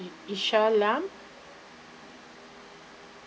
isha lam